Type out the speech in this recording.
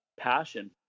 passion